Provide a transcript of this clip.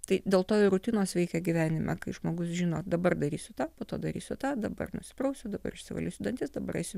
tai dėl to ir rutinos veikia gyvenime kai žmogus žino dabar darysiu tą po to darysiu tą dabar nusiprausiu dabar išsivalysiu dantis dabar eisiu